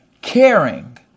caring